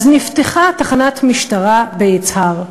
אז נפתחה תחנת משטרה ביצהר.